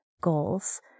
goals